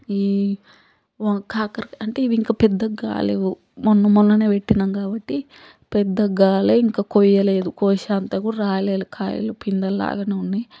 ఈ వ కాకరకాయ అంటే ఇవి ఇంక పెద్దగా కాలేవు మొన్నమొన్ననే పెట్టినాం కాబట్టీ పెద్దగాలే ఇంక కొయ్యలేదు కోసేంత కూడా రాలేదు కాయలు పిందెలు లాగానే ఉన్నాయి